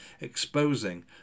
exposing